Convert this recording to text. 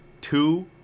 two